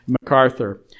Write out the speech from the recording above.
MacArthur